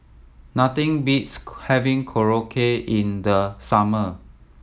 nothing beats having Korokke in the summer